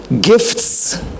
gifts